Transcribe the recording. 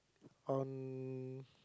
on